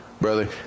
Brother